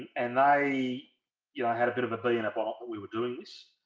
and they you know had a bit of a being apart but we were doing this